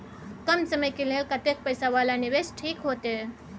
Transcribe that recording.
कम समय के लेल कतेक पैसा वाला निवेश ठीक होते?